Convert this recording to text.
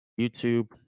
YouTube